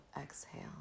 exhale